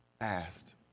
asked